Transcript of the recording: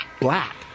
black